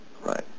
right